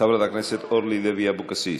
חברת הכנסת אורלי לוי אבקסיס,